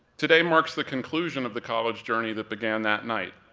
today marks the conclusion of the college journey that began that night.